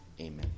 Amen